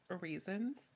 reasons